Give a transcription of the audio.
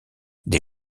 des